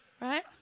Right